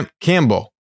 Campbell